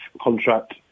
contract